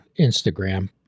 Instagram